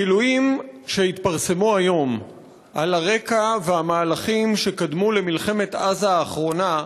הגילויים שהתפרסמו היום על הרקע ועל המהלכים שקדמו למלחמת עזה האחרונה,